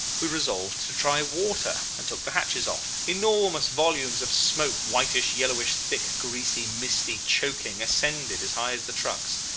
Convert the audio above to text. we resolved to try water, and took the hatches off. enormous volumes of smoke, whitish, yellowish, thick, greasy, misty, choking, ascended as high as the trucks.